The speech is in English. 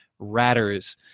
ratters